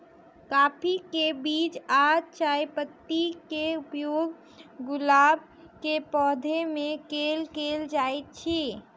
काफी केँ बीज आ चायपत्ती केँ उपयोग गुलाब केँ पौधा मे केल केल जाइत अछि?